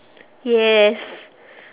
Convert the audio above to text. yes